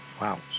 Wow